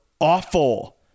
awful